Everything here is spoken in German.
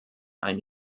eine